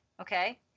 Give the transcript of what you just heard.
Okay